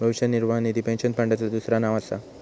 भविष्य निर्वाह निधी पेन्शन फंडाचा दुसरा नाव असा